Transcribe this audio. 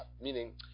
meaning